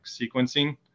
sequencing